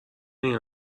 این